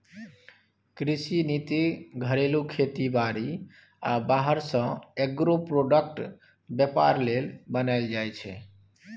कृषि नीति घरेलू खेती बारी आ बाहर सँ एग्रो प्रोडक्टक बेपार लेल बनाएल जाइ छै